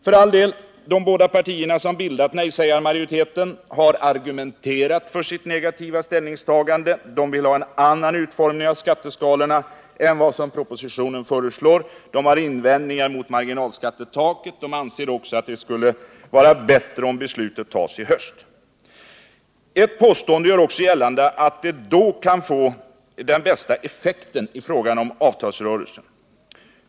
För all del — de båda partier som bildat nejsägarmajoriteten har argumenterat för sitt negativa ställningstagande. De vill ha en annan utformning av skatteskalorna än vad propositionen föreslår, de har invändningar mot marginalskattetaket, de anser också att det skulle vara bättre om beslutet tas i höst. Ett påstående gör också gällande att det då kan få den bästa effekten i fråga om avtalsrörelsen.